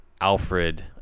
Alfred